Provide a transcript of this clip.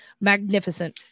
magnificent